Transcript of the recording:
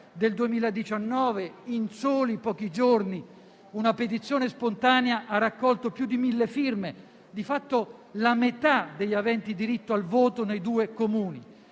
del 2019 in soli pochi giorni una petizione spontanea ha raccolto più di mille firme, di fatto la metà degli aventi diritto al voto nei due Comuni.